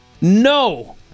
No